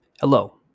Hello